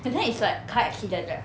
and then it's like car accident ah